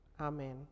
Amen